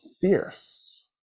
fierce